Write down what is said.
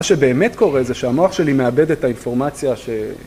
מה שבאמת קורה זה שהמוח שלי מאבד את האינפורמציה ש...